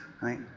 right